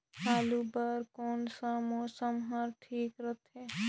आलू बार कौन सा मौसम ह ठीक रथे?